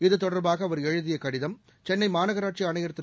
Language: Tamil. இது தொடர்பாக அவர் எழுதிய கடிதம் சென்னை மாநகராட்சி ஆணையர் திரு